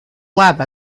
lab